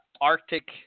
Arctic